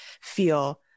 feel